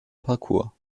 parkour